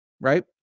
right